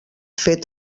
fet